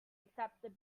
accepted